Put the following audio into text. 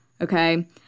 okay